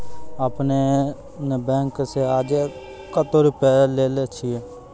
आपने ने बैंक से आजे कतो रुपिया लेने छियि?